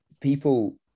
people